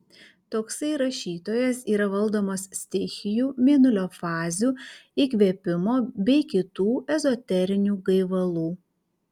toksai rašytojas yra valdomas stichijų mėnulio fazių įkvėpimo bei kitų ezoterinių gaivalų